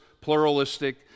pluralistic